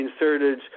inserted